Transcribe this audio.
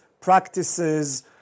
practices